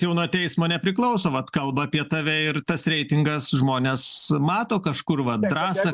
jau nuo teismo nepriklauso vat kalba apie tave ir tas reitingas žmonės mato kažkur va drąsą